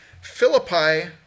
Philippi